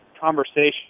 conversation